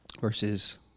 versus